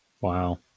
Wow